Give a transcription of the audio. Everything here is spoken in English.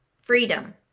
Freedom